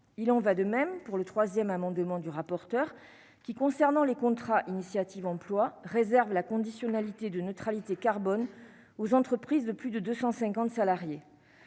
il en va de même pour le 3ème amendement du rapporteur qui concernant les contrats initiative emploi réserve la conditionnalité de neutralité carbone aux entreprises de plus de 250 salariés